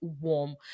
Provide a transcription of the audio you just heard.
warm